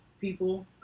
people